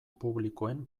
publikoen